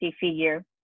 figure